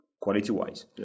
quality-wise